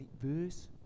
verse